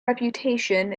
reputation